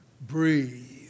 breathe